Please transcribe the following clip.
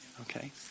Okay